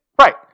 Right